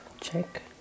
check